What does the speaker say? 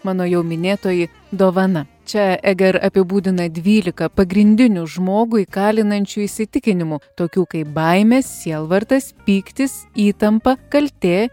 mano jau minėtoji dovana čia eger apibūdina dvylika pagrindinių žmogų įkalinančių įsitikinimų tokių kaip baimė sielvartas pyktis įtampa kaltė